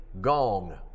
gong